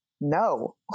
no